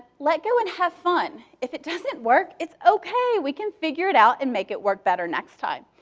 let go and have fun. if it doesn't work, it's okay. we can figure it out and make it work better next time.